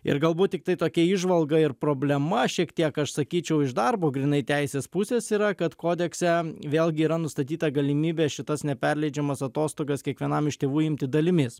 ir galbūt tiktai tokia įžvalga ir problema šiek tiek aš sakyčiau iš darbo grynai teisės pusės yra kad kodekse vėlgi yra nustatyta galimybė šitas neperleidžiamas atostogas kiekvienam iš tėvų imti dalimis